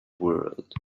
world